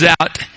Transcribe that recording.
out